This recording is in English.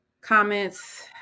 comments